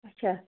اَچھا